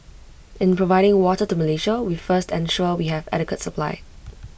in providing water to Malaysia we first ensure we have adequate supply